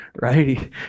right